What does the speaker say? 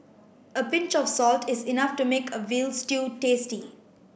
a pinch of salt is enough to make a veal stew tasty